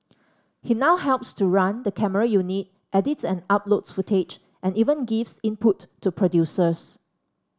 he now helps to run the camera unit edits and uploads footage and even gives input to producers